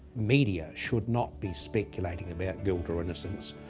media should not be speculating about guilt or innocence,